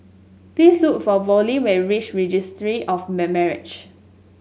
please look for Vollie when you reach Registry of Marriage